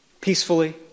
peacefully